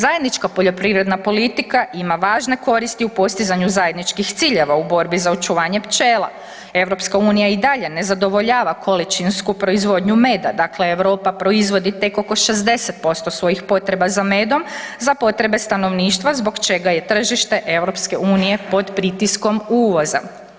Zajednička poljoprivredna politika ima važne koristi u postizanju zajedničkih ciljeva u borbi za očuvanje pčela, EU i dalje ne zadovoljava količinsku proizvodnju meda, dakle Europa proizvodi tek oko 60% svojih potreba za medom za potrebe stanovništva zbog čega je tržište EU-a pod pritiskom uvoza.